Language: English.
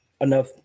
enough